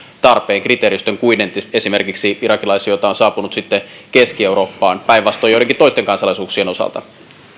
tarpeen kriteeristön kuin esimerkiksi niiden irakilaisten joukossa joita on saapunut keski eurooppaan ja päinvastoin joidenkin toisten kansalaisuuksien osalta